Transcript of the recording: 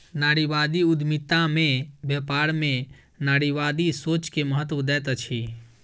नारीवादी उद्यमिता में व्यापार में नारीवादी सोच के महत्त्व दैत अछि